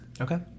Okay